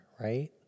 right